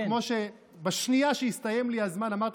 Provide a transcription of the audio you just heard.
שכמו שבשנייה שהסתיים לי הזמן אמרת